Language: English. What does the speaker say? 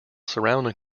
surrounding